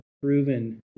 proven